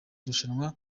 rushanwa